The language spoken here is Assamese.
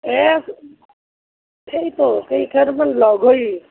এ হেৰি কৰোঁ কেইঘৰমান লগ হৈ